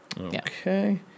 Okay